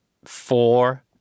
four